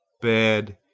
bad,